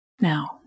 Now